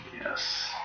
Yes